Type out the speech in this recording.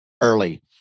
Early